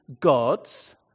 God's